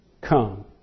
Come